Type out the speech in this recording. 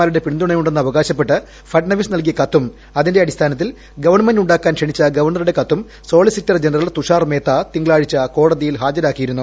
മാരുടെ പിന്തുണയുണ്ടെന്നവകാശപ്പെട്ട് ഫഡ്നവിസ് നൽകിയ കത്തും അതിന്റെയടിസ്ഥാനത്തിൽ അദ്ദേഹത്തെ ഗവൺമെന്റുണ്ടാക്കാൻ ക്ഷണിച്ചു ഗവണറുടെ കത്തും സോളിസിറ്റർ ജനറൽ തുഷാർ മേത്ത തിങ്കളാഴ്ച കോടതിയിൽ ഹാജരാക്കിയിരുന്നു